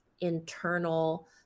internal